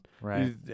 Right